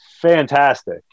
fantastic